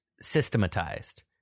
systematized